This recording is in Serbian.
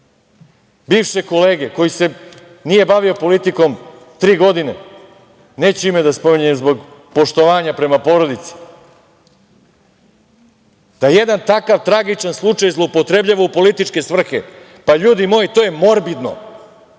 bivšeg kolege koji se nije bavio politikom tri godine, neću ime da spominjem zbog poštovanja prema porodici, da jedan takav tragičan slučaj zloupotrebljava u političke svrhe. Ljudi moji, to je morbidno.